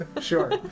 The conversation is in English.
Sure